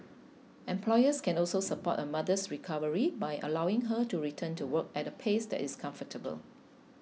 employers can also support a mother's recovery by allowing her to return to work at a pace that is comfortable